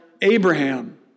Abraham